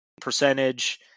percentage